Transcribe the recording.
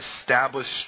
established